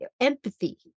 empathy